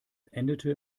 endete